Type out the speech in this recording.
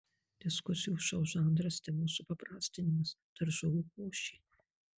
diskusijų šou žanras temos supaprastinimas daržovių košė